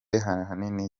ahanini